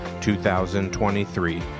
2023